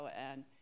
and-